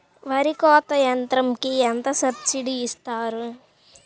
వరి కోత యంత్రంకి ఎంత సబ్సిడీ ఇస్తారు?